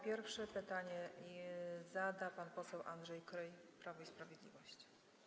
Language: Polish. Pierwszy pytanie zada pan poseł Andrzej Kryj, Prawo i Sprawiedliwość.